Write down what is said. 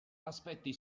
aspetti